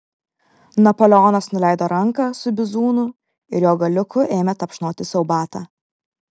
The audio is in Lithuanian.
napoleonas nuleido ranką su bizūnu ir jo galiuku ėmė tapšnoti sau batą